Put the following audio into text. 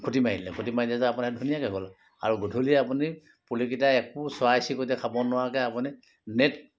খুটি মাৰি দিলে খুটি মাৰি দিয়া পিছত আপোনাৰ ধুনীয়াকৈ হ'ল আৰু গলি আপুনি পুলিকেইটা একো চৰাই চিৰিকতিয়ে খাব নোৱাৰাকৈ আপুনি নেট